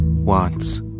Wants